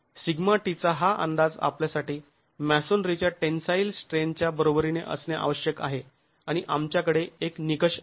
σt चा हा अंदाज आपल्यासाठी मॅसोनरीच्या टेंन्साईल स्ट्रेन्थच्या बरोबरीने असणे आवश्यक आहे आणि आमच्याकडे एक निकष आहे